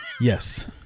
Yes